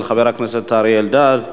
של חבר הכנסת אריה אלדד,